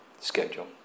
schedule